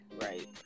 right